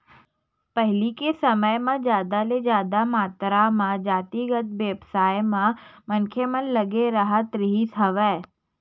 पहिली के समे म जादा ले जादा मातरा म जातिगत बेवसाय म मनखे मन लगे राहत रिहिस हवय